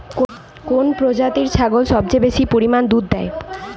কোন প্রজাতির ছাগল সবচেয়ে বেশি পরিমাণ দুধ দেয়?